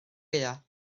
gaeaf